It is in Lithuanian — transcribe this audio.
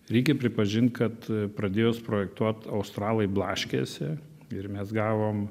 reikia pripažint kad pradėjus projektuot australai blaškėsi ir mes gavom